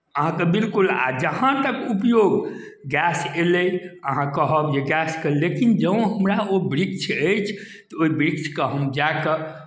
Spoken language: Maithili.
अहाँकेँ बिलकुल आ जहाँ तक उपयोग गैस अयलै अहाँ कहब जे गैसके लेकिन जँ हमरा ओ वृक्ष अछि तऽ ओहि वृक्षकेँ हम जा कऽ